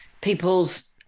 people's